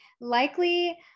Likely